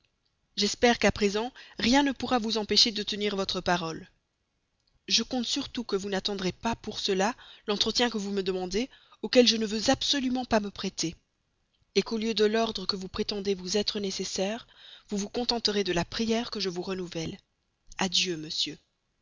j'espère qu'à présent rien ne pourra vous empêcher de tenir votre parole je compte surtout que vous n'attendrez pas pour cela l'entretien que vous me demandez auquel je ne veux absolument pas me prêter qu'au lieu de l'ordre que vous prétendez vous être nécessaire vous vous contenterez de la prière que je vous renouvelle adieu monsieur